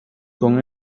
con